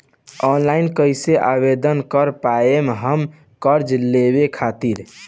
Online कइसे आवेदन कर पाएम हम कर्जा लेवे खातिर?